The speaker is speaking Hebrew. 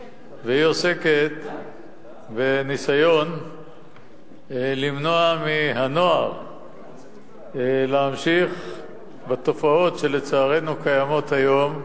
והיא עוסקת בניסיון למנוע בקרב הנוער המשך התופעות שלצערנו קיימות היום,